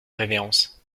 révérence